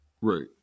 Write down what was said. Right